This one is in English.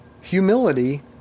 humility